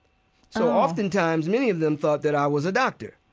so oftentimes many of them thought that i was a doctor.